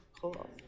Cool